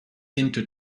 into